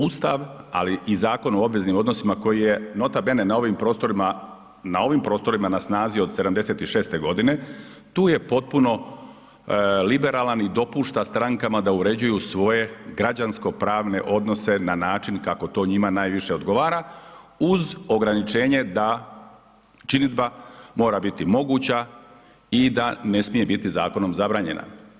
Ustav ali i Zakon o obveznim odnosima koji je nota bene na ovim prostorima, na ovim prostorima na snazi od '76. g., tu je potpuno liberalan i dopušta strankama da uređuju svoje građansko-pravne odnose na način kako to njima najviše odgovara uz ograničenje da činidba mora biti moguća i da ne smije biti zakonom zabranjena.